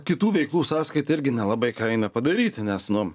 kitų veiklų sąskaita irgi nelabai ką eina padaryti nes nu